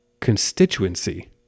constituency